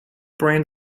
brand